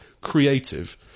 creative